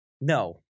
No